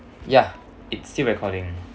ya it's still recording